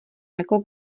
jako